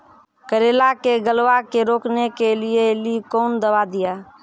करेला के गलवा के रोकने के लिए ली कौन दवा दिया?